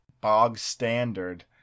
bog-standard